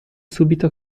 subito